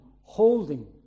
holding